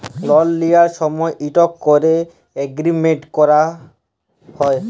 লল লিঁয়ার সময় ইকট ক্যরে এগ্রীমেল্ট সই ক্যরা হ্যয়